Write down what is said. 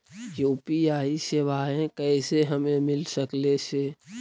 UPI सेवाएं कैसे हमें मिल सकले से?